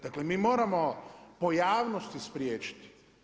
Dakle, mi moramo pojavnosti spriječiti.